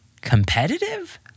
competitive